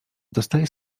dostaje